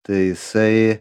tai jisai